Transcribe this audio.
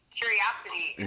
curiosity